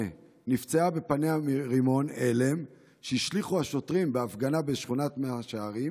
נפצעה בפניה מרימון הלם שהשליכו השוטרים בהפגנה בשכונת מאה שערים,